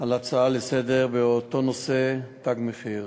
על הצעה לסדר-היום באותו נושא, "תג מחיר".